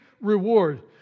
reward